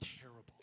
terrible